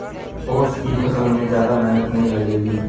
oats की फसल में ज्यादा मेहनत नहीं लगेगी